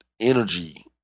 energy